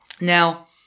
Now